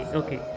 okay